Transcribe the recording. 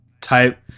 type